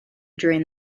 drain